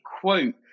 quote